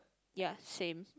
ya same